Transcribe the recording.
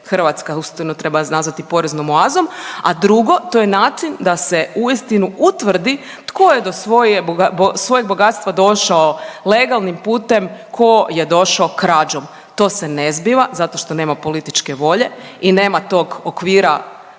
Hrvatska uistinu treba nazvati poreznom oazom, a drugo, to je način da se uistinu utvrdi tko je do svojeg bogatstva došao legalnim putem, ko je došao krađom. To se ne zbiva zato što nema političke volje i nema tog okvira